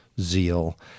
zeal